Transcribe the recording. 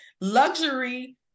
luxury